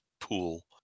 pool